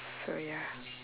so ya